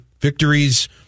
victories